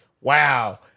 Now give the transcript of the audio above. wow